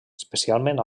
especialment